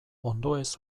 ondoez